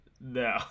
No